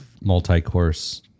multi-course